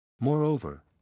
Moreover